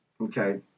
Okay